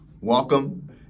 welcome